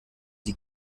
die